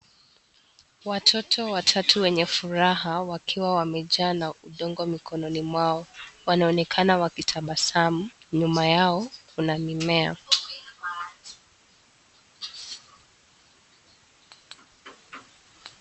Watoto watatu wenye furaha wakiwa wamejaa na udongo mikononi mwao wanaonekana wakitabasamu, nyuma yao kuna mimea.